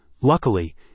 Luckily